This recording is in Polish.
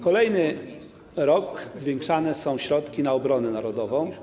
Kolejny rok zwiększane są środki na obronę narodową.